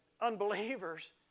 unbelievers